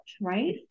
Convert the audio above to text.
right